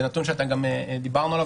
זה נתון שדיברנו עליו,